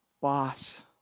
boss